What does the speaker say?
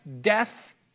death